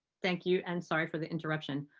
thank you and sorry for the interruption.